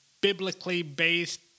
biblically-based